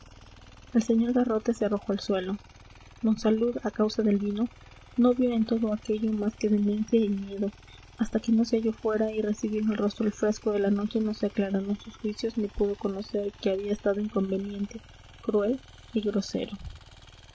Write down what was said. el sr garrote se arrojó al suelo monsalud a causa del vino no vio en todo aquello más que demencia y miedo hasta que no se halló fuera y recibió en el rostro el fresco de la noche no se aclararon sus juicios ni pudo conocer que había estado inconveniente cruel y grosero